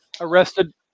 arrested